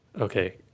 Okay